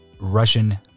Russian